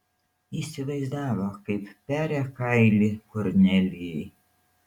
įsivaizdavo kaip peria kailį kornelijai